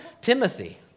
Timothy